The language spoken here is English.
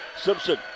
Simpson